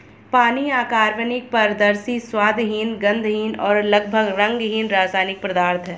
पानी अकार्बनिक, पारदर्शी, स्वादहीन, गंधहीन और लगभग रंगहीन रासायनिक पदार्थ है